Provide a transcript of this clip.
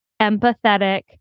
empathetic